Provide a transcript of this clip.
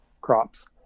crops